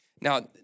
Now